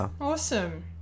awesome